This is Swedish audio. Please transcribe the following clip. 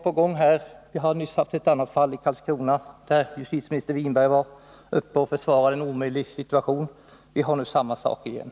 Vi har nyss haft ett annat fall i Karlskrona, där justitieminister Winberg var uppe och försvarade en omöjlig situation. Vi har nu samma sak igen.